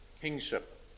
kingship